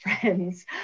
friends